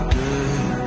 good